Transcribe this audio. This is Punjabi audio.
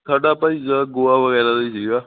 ਸਾਡਾ ਭਾਅ ਜੀ ਜ਼ਿਆਦਾ ਗੋਆ ਵਗੈਰਾ ਦਾ ਹੀ ਸੀਗਾ